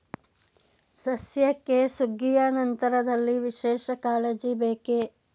ಸಸ್ಯಕ್ಕೆ ಸುಗ್ಗಿಯ ನಂತರದಲ್ಲಿ ವಿಶೇಷ ಕಾಳಜಿ ಬೇಕೇ?